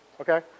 Okay